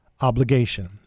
obligation